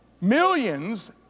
millions